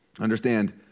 Understand